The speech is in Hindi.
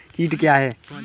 कीट क्या है?